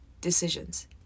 decisions